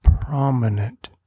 prominent